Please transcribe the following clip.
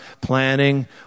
planning